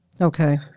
Okay